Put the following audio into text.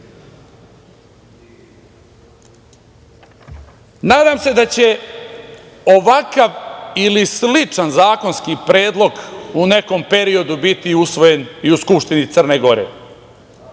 Nadam se da će ovakav ili sličan zakonski predlog u nekom periodu biti usvojen i u Skupštini Crne Gore,